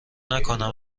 نکنم